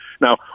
Now